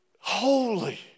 holy